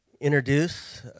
introduce